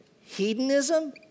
hedonism